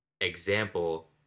example